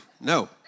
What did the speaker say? No